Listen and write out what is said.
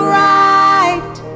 right